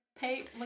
pay